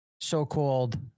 so-called